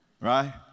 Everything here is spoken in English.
Right